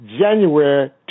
January